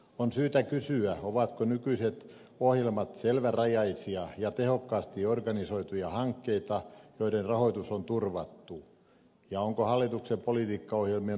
on syytä kysyä ovatko nykyiset ohjelmat selvärajaisia ja tehokkaasti organisoituja hankkeita joiden rahoitus on turvattu ja onko hallituksen politiikkaohjelmien toteutus suunnitelmallista